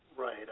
Right